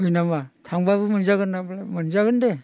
हय नामा थांबाबो मोनजागोन ना बले मोनजागोन दे